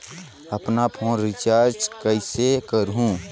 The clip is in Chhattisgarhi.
अपन फोन रिचार्ज कइसे करहु?